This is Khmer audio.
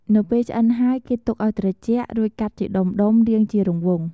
នៅពេលឆ្អិនហើយ គេទុកឱ្យត្រជាក់ រួចកាត់ជាដុំៗ រាងជារង្វង់។